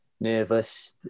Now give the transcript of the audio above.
nervous